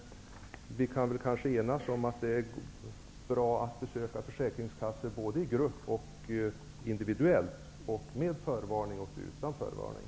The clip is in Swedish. Vi kan kanske enas om att det är bra att besöka försäkringskassor både i grupp och individuellt och med förvarning och utan förvarning.